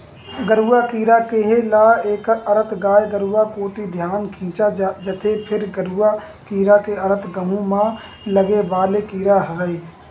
गरुआ कीरा केहे ल एखर अरथ गाय गरुवा कोती धियान खिंचा जथे, फेर गरूआ कीरा के अरथ गहूँ म लगे वाले कीरा हरय